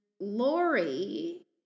Lori